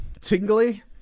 Tingly